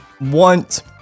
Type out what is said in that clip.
want